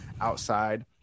outside